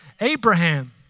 Abraham